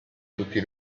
tutti